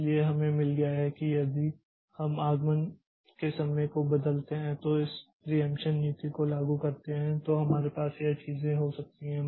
इसलिए हमें मिल गया है कि यदि हम आगमन के समय को बदलते हैं तो इस प्रियेंप्षन नीति को लागू करते हैं तो हमारे पास यह चीजें हो सकती हैं